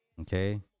Okay